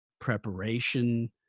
preparation